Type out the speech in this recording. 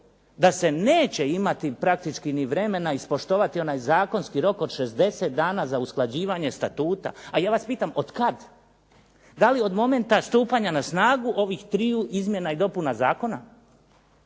da se neće imati praktički ni vremena ispoštovati onaj zakonski rok od 60 dana za usklađivanje statuta? A ja vas pitam od kad, da li od momenta stupanja na snagu ovih triju izmjena i dopuna zakona?